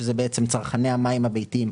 שזה בעצם צרכני המים הביתיים,